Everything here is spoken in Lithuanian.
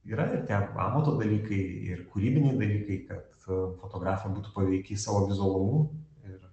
yra ir tie amato dalykai ir kūrybiniai dalykai kad fotografija būtų paveiki savo vizualumu ir